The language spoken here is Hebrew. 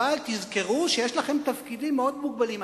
אבל תזכרו שיש לכם תפקידים מאוד מוגבלים.